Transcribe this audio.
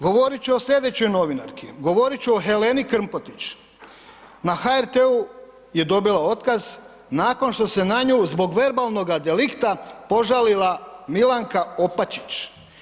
Govorit ću o slijedećoj novinarki, govorit ću o Heleni Krmpotić, na HRT-u je dobila otkaz nakon što se na nju zbog verbalnoga delikta požalila Milanka Opačić.